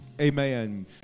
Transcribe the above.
Amen